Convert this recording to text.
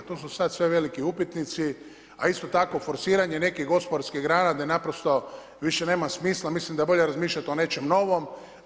To su sad sve veliki upitnici, a isto tako forsiranje nekih gospodarskih grana gdje naprosto više nema smisla mislim da je bolje razmišljati o nečem novom.